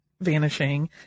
vanishing